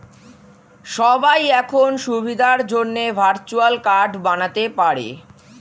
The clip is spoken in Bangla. সবাই এখন সুবিধার জন্যে ভার্চুয়াল কার্ড বানাতে পারে